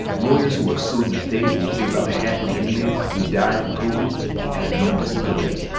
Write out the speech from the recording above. lawyers who are suing the state say about half of the inmates who've died from covid had a known disability.